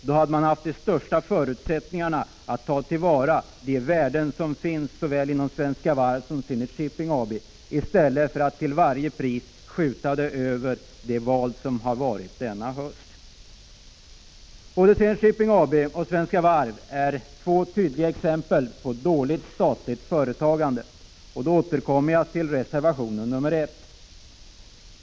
Då hade man haft de största förutsättningarna att ta till vara de värden som finns inom såväl Svenska Varv som Zenit Shipping. I stället har man till varje pris skjutit beslutet till efter det val som har varit denna höst. Både Zenit Shipping AB och Svenska Varv är exempel på dåligt statligt företagande, och med detta återkommer jag till reservation 1.